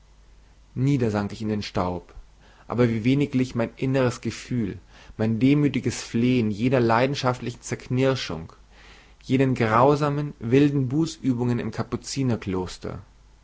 sank ich in den staub aber wie wenig glich mein inneres gefühl mein demütiges flehen jener leidenschaftlichen zerknirschung jenen grausamen wilden bußübungen im